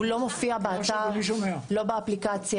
הוא לא מופיע באתר ולא באפליקציה.